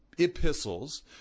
epistles